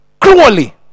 cruelly